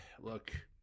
look